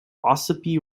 ossipee